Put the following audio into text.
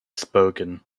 spoken